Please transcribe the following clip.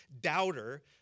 doubter